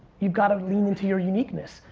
you've gotta lean into your uniqueness.